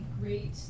great